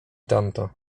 tamto